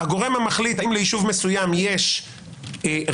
הגורם המחליט האם ליישוב מסוים יש רב,